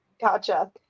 gotcha